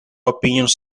opinions